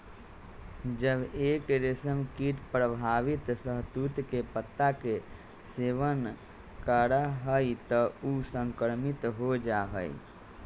जब एक रेशमकीट प्रभावित शहतूत के पत्ता के सेवन करा हई त ऊ संक्रमित हो जा हई